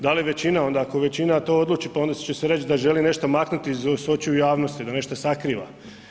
Da li većina, ako većina to odluči pa onda će se reći da želi nešto maknuti sa očiju javnosti, da nešto sakriva.